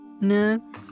No